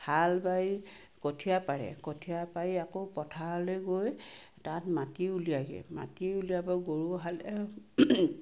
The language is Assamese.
হাল বাই কঠীয়া পাৰে কঠীয়া পাৰি আকৌ পথাৰলৈ গৈ তাত মাটি উলিয়াইগৈ মাটি উলিয়াব গৰু হাল